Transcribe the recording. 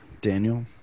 Daniel